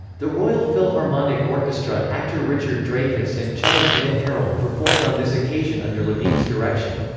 the royal philharmonic orchestra, actor richard dreyfuss and cellist lynn harrell performed on this occasion under levine's direction.